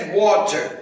water